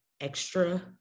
extra